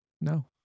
No